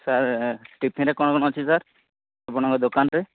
sir ଟିଫିନ୍ରେ କ'ଣ କ'ଣ ଅଛି ସାର୍ ଆପଣଙ୍କ ଦୋକାନରେ